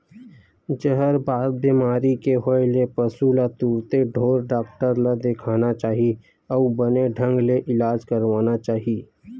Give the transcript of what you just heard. जहरबाद बेमारी के होय ले पसु ल तुरते ढ़ोर डॉक्टर ल देखाना चाही अउ बने ढंग ले इलाज करवाना चाही